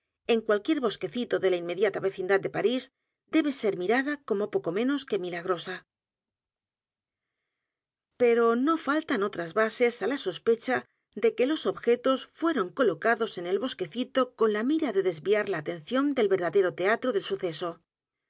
en cualquier bosquecito de la inmediata vecindad de parís debe ser mirada como poco menos que milagrosa pero no faltan otras bases á la sospecha de que los objetos fueron colocados en el bosquecito con la mira de desviar la atención del verdadero teatro del suceso